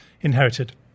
inherited